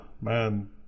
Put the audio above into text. man